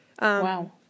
wow